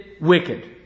wicked